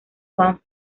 juan